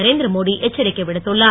நரேந்திரமோடி எச்சரிக்கை விடுத்துள்ளார்